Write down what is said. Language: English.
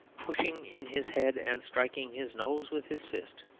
pushing in his head and striking his nose with his fist.